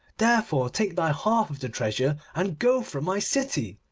therefore take thy half of the treasure and go from my city.